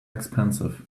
expensive